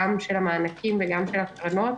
גם של המענקים וגם של הקרנות,